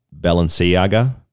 Balenciaga